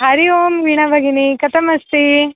हरिः ओम् वीणाभगिनि कथमस्ति